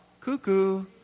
cuckoo